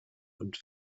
und